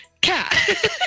cat